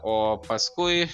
o paskui